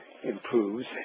improves